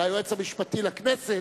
אלא היועץ המשפטי לכנסת,